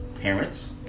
parents